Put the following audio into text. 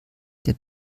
der